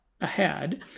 ahead